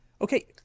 Okay